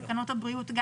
תקנות הבריאות.